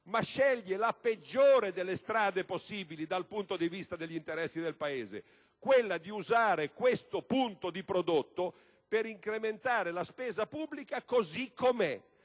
ma scegliendo la peggiore delle strade possibili dal punto di vista degli interessi del Paese: quella di usare questo punto di prodotto per incrementare la spesa pubblica così com'è,